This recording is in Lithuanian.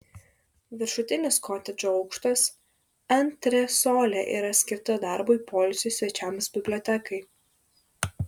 viršutinis kotedžo aukštas antresolė yra skirta darbui poilsiui svečiams bibliotekai